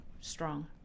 strong